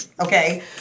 okay